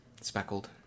speckled